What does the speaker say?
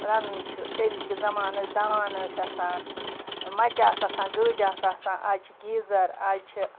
رَنُن چھُ تیٚلہِ کہِ زَمانہٕ ٲسۍ دان ٲسۍ آسان مَچہِ آسہٕ آسان گٲجۍ آسہٕ آسان آز چھِ گیٖزَر آز چھِ